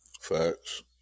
Facts